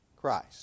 Christ